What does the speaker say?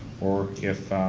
or if